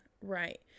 Right